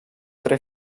tre